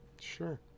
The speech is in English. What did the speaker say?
Sure